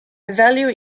value